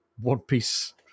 one-piece